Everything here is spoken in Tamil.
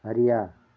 அறிய